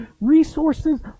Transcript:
resources